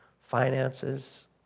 finances